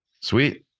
Sweet